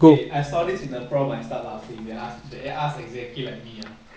okay I saw this in the prompt I start laughing they asked they asked exactly like me ah